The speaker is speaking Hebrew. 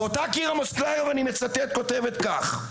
ואותה קירה מוסקליוב ואני מצטט כותבת כך,